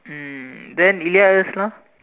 mm then yes lah